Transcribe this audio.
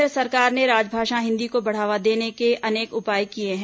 केन्द्र सरकार ने राजभाषा हिंदी को बढ़ावा देने के अनेक उपाय किये हैं